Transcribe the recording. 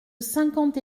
cinquante